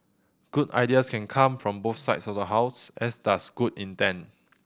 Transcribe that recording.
good ideas can come from both sides of the House as does good intent